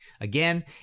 again